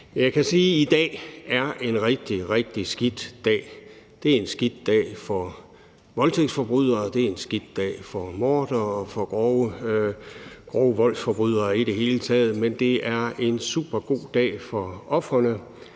Jeg kan sige, at i dag er en rigtig, rigtig skidt dag. Det er en skidt dag for voldtægtsforbrydere, det er en skidt dag for mordere og for forbrydere, der begår grov vold, i det hele taget, men det er en supergod dag for ofrene,